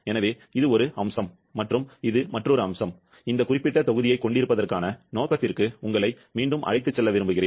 எனவே இது ஒரு அம்சம் மற்றும் மற்ற அம்சம் இந்த குறிப்பிட்ட தொகுதியைக் கொண்டிருப்பதற்கான நோக்கத்திற்கு உங்களை மீண்டும் அழைத்துச் செல்ல விரும்புகிறேன்